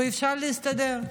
אפשר להסתדר.